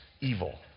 evil